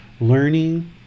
learning